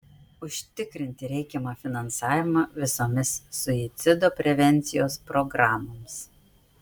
užtikrinti reikiamą finansavimą visomis suicido prevencijos programoms